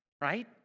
right